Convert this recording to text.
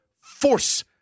force